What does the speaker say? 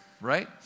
right